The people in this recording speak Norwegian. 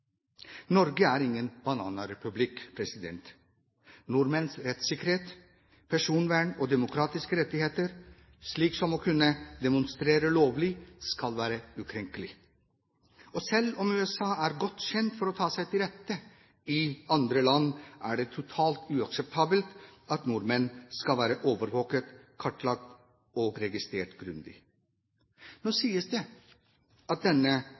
Norge er ingen bananrepublikk, president. Nordmenns rettssikkerhet, personvern og demokratiske rettigheter, som å kunne demonstrere lovlig, skal være ukrenkelig. Selv om USA er kjent for å ta seg til rette i andre land, er det totalt uakseptabelt at nordmenn skal være overvåket, kartlagt og registrert så grundig. Nå sies det at